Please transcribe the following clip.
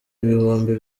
ibihumbi